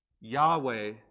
Yahweh